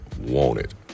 wanted